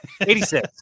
86